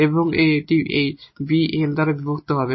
এবং এটি এই 𝑏 𝑛 দ্বারা বিভক্ত হবে